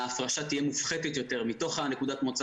ההפרשה תהיה מופחתת יותר מתוך נקודת מוצא